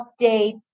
update